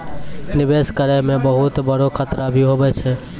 निवेश करै मे बहुत बड़ो खतरा भी हुवै छै